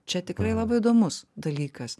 čia tikrai labai įdomus dalykas